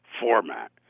format